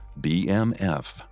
BMF